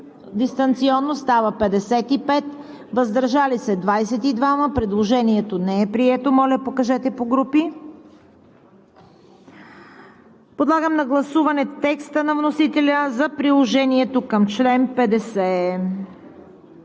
дистанционно стават 55, въздържали се 22. Предложението не е прието. Подлагам на гласуване текста на вносителя за приложението към чл. 50.